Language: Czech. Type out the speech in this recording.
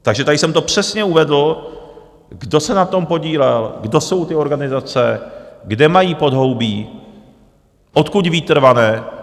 Takže tady jsem to přesně uvedl, kdo se na tom podílel, kdo jsou ty organizace, kde mají podhoubí, odkud vítr vane.